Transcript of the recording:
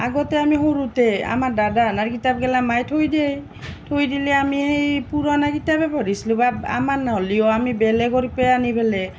আগতে আমি সৰুতে আমাৰ দাদাহানাৰ কিতাপগিলা মাই থৈ দেই থৈ দিলি আমি সেই পুৰণা কিতাপে পঢ়িছিলোঁ বা আমাৰ নহ'লেও আমি বেলেগৰ পে আনি পেলাই